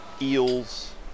eels